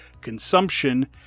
consumption